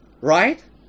Right